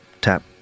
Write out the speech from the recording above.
tap